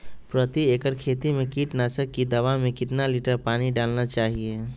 प्रति एकड़ खेती में कीटनाशक की दवा में कितना लीटर पानी डालना चाइए?